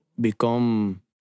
become